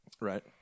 Right